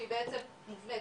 שהיא בעצם מובנית,